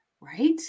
Right